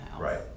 Right